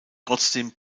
trotzdem